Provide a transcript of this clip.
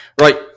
right